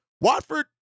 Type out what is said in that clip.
Watford